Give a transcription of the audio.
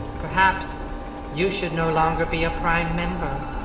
perhaps you should no longer be a prime member.